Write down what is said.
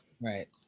Right